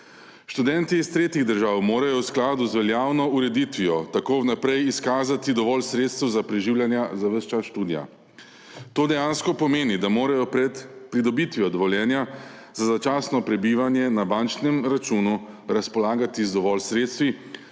Študenti iz tretjih držav morajo v skladu z veljavno ureditvijo tako vnaprej izkazati dovolj sredstev za preživljanje za ves čas študija. To dejansko pomeni, da morajo pred pridobitvijo dovoljenja za začasno prebivanje na bančnem računu razpolagati z dovolj sredstvi,